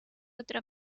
otra